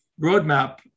roadmap